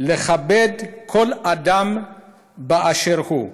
לכבד כל אדם באשר הוא,